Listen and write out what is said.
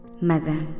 Mother